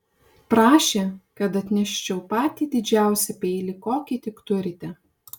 prašė kad atneščiau patį didžiausią peilį kokį tik turite